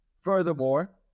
Furthermore